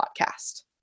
podcast